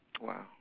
Wow